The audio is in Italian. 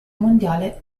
mondiale